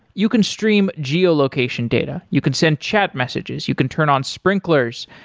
you can stream geo-location data, you can send chat messages, you can turn on sprinklers,